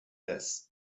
less